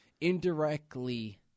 Indirectly